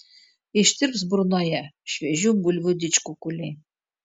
ištirps burnoje šviežių bulvių didžkukuliai